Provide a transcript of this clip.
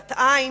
בת-עין,